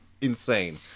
insane